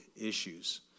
issues